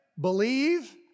believe